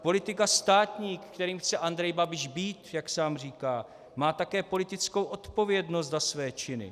Politik a státník, kterým chce Andrej Babiš být, jak sám říká, má také politickou odpovědnost za své činy.